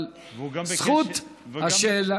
זכות השאלה